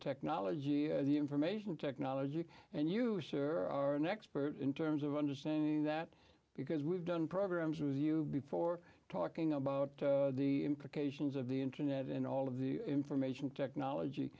technology the information technology and you are an expert in terms of understanding that because we've done programs with you before talking about the implications of the internet and all of the information technology